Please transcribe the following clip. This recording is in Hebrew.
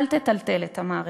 אל תטלטל את המערכת,